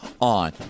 on